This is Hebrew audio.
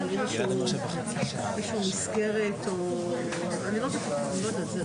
אנחנו פותחים את ועדת החינוך,